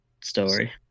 story